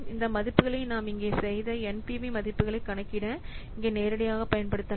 இந்த மதிப்புகளை நாம் இங்கே செய்த NPV மதிப்புகளைக் கணக்கிட இங்கே நேரடியாகப் பயன்படுத்தலாம்